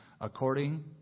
according